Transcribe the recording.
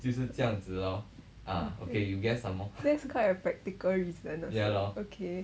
that's quite a practical reason okay